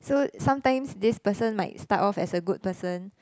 so sometimes this person might start off as a good person